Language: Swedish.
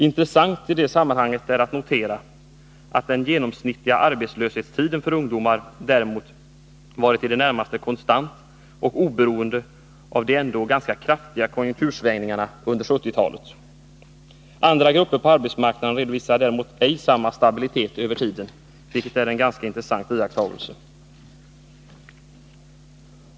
Intressant i det sammanhanget är att notera att den genomsnittliga arbetslöshetstiden för ungdomar däremot varit i det närmaste konstant och oberoende av de ändå ganska kraftiga konjunktursvängningarna under 1970-talet. Andra grupper på arbetsmarknaden redovisade däremot ej samma stabilitet över tiden, vilket är en ganska intressant iakttagelse.